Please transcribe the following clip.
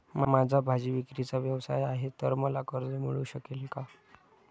माझा भाजीविक्रीचा व्यवसाय आहे तर मला कर्ज मिळू शकेल का?